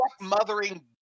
mothering